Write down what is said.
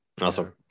Awesome